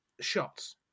shots